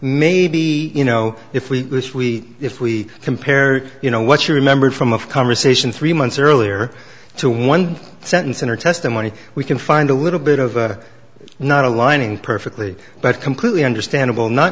maybe you know if we we if we compare you know what you remember from of conversation three months earlier to one sentence in her test when we can find a little bit of not a lining perfectly but completely understandable not